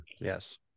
Yes